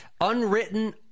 unwritten